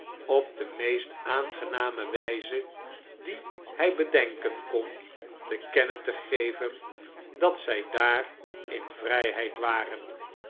op de meest aangename wijze die hy bedenken kon te kennen te geven dat zy da ar in vryheid waren